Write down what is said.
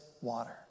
water